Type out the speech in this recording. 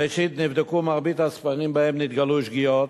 ראשית, נבדקו מרבית הספרים שבהם נתגלו שגיאות,